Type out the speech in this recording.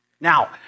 Now